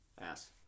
Ass